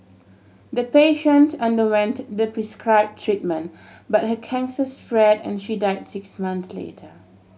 the patient underwent the prescribe treatment but her cancer spread and she died six months later